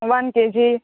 one KG